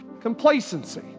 Complacency